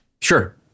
Sure